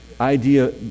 idea